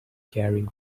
carrying